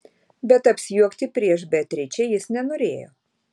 bet apsijuokti prieš beatričę jis nenorėjo